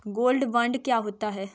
Gold bond क्या है?